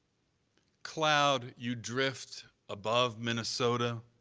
cloud, you drift above minnesota